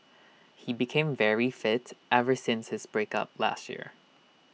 he became very fit ever since his break up last year